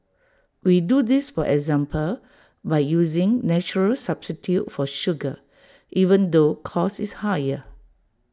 we do this for example by using natural substitute for sugar even though cost is higher